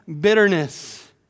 bitterness